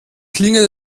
klingen